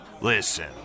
Listen